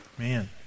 Man